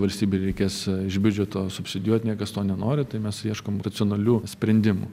valstybei reikės iš biudžeto subsidijuot niekas to nenori tai mes ieškom racionalių sprendimų